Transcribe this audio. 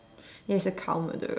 ya he's a cow murderer